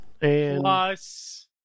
plus